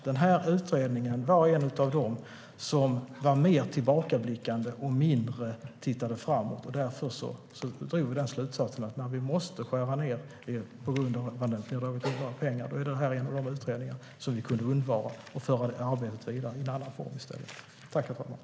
Den här utredningen var en av dem som var mer tillbakablickande och mindre framåtblickande. Därför drog vi slutsatsen att när vi måste göra nedskärningar på grund av att det drogs ned på pengar var detta en av de utredningar som vi kunde undvara och i stället föra arbetet vidare i en annan form.